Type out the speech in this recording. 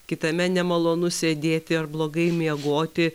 kitame nemalonu sėdėti ar blogai miegoti